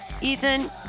Ethan